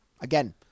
again